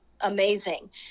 amazing